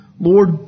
Lord